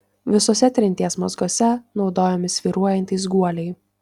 visuose trinties mazguose naudojami svyruojantys guoliai